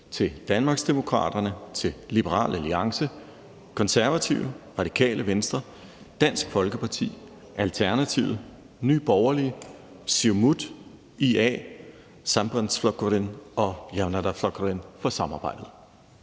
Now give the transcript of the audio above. til Danmarksdemokraterne, til Liberal Alliance, Konservative, Radikale Venstre, Dansk Folkeparti, Alternativet, Nye Borgerlige, Siumut, IA, Sambandsflokkurin og Javnaðarflokkurin for samarbejdet.